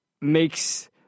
makes